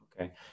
Okay